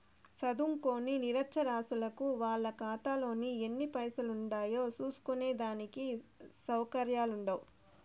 సదుంకోని నిరచ్చరాసులకు వాళ్ళ కాతాలో ఎన్ని పైసలుండాయో సూస్కునే దానికి సవుకర్యాలుండవ్